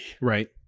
Right